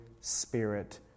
Spirit